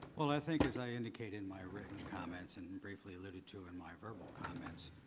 but i think, as i indicate in my written comments and and briefly alluded to in my verbal comments,